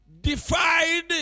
defied